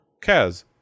kaz